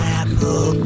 apple